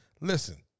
listen